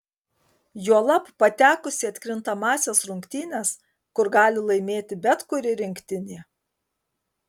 juolab patekus į atkrintamąsias rungtynes kur gali laimėti bet kuri rinktinė